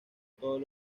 todos